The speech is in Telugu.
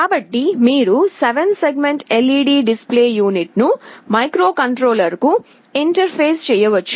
కాబట్టి మీరు 7 సెగ్మెంట్ LED డిస్ప్లే యూనిట్ ను మైక్రోకంట్రోలర్కు ఇంటర్ఫేస్ చేయవచ్చు